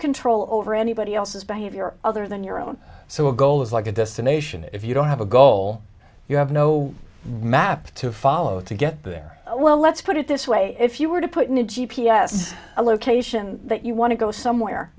control over anybody else's behavior other than your own so a goal is like a destination if you don't have a goal you have no map to follow to get there well let's put it this way if you were to put in a g p s a location that you want to go somewhere